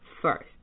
first